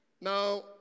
Now